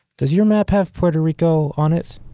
does your map have puerto rico on it?